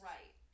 Right